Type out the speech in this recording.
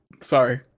Sorry